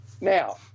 Now